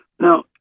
Now